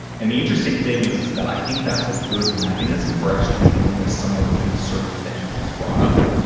and the interesting thing is, is that i think that's a good mechanism for actually dealing with some of the uncertainty that you've just brought up.